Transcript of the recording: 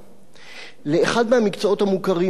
לאחד מהמקצועות המוכרים באולימפיאדה,